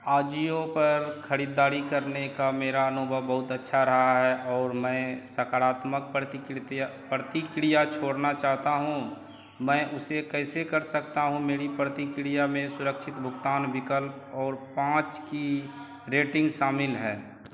आजियो पर खरीदारी करने का मेरा अनुभव बहुत अच्छा रहा और मैं सकारात्मक प्रतिक्रितीया प्रतिक्रिया छोड़ना चाहता हूँ मैं उसे कैसे कर सकता हूँ मेरी प्रतिक्रिया में सुरक्षित भुगतान विकल्प और पाँच की रेटिंग शामिल है